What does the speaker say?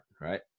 right